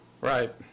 Right